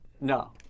No